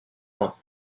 loin